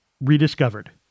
Rediscovered